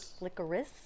Licorice